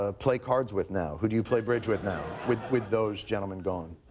ah play cards with now? who do you play bridge with now, with with those gentlemen gone?